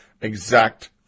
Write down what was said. Exact